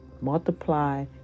Multiply